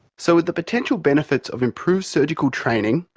so with the potential benefits of improved surgical training,